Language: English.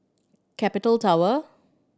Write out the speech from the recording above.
Capital Tower